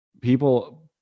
people